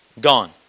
gone